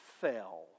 fell